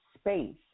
space